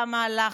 למה הלחץ?